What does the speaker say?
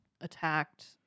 attacked